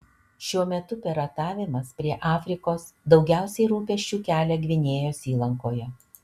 šiuo metu piratavimas prie afrikos daugiausiai rūpesčių kelia gvinėjos įlankoje